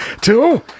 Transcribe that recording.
Two